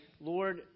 Lord